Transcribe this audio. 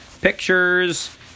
pictures